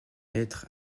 être